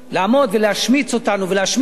לעמוד ולהשמיץ אותנו ולהשמיץ,